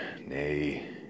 nay